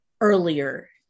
earlier